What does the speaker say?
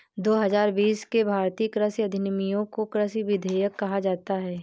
दो हजार बीस के भारतीय कृषि अधिनियमों को कृषि विधेयक कहा जाता है